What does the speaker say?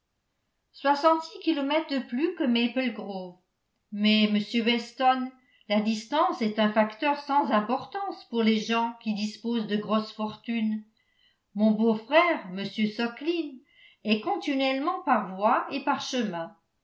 soixante-six kilomètres de plus que maple grove mais monsieur weston la distance est un facteur sans importance pour les gens qui disposent de grosses fortunes mon beau-frère m sukling est continuellement par voies et par chemins